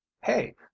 hey